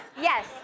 Yes